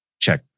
check